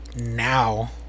now